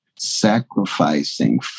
sacrificing